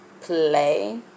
play